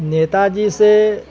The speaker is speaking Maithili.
नेताजीसँ